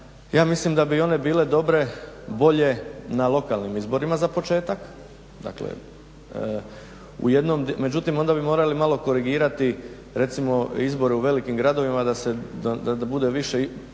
ja mislim da bi one bile dobre, bolje na lokalnim izborima za početak, dakle, međutim onda bi morali malo korigirati recimo izbore u velikim gradovima da bude više